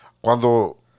Cuando